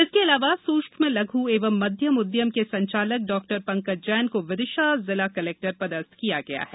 इसके अलावा सूक्ष्म लघु एवं मध्यम उद्यम के संचालक डॉक्टर पंकज जैन को विदिशा जिला कलेक्टर पदस्थ किया गया है